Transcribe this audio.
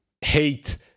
hate